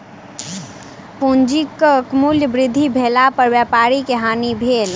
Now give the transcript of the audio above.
पूंजीक मूल्य वृद्धि भेला पर व्यापारी के हानि भेल